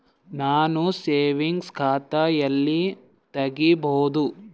ನಾನು ಸೇವಿಂಗ್ಸ್ ಖಾತಾ ಎಲ್ಲಿ ತಗಿಬೋದು?